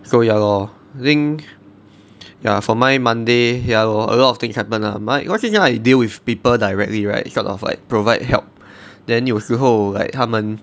so ya lor I think ya for mine monday ya lor a lot of things happen lah mine because now I deal with people directly right sort of like provide help then 有时候 like 他们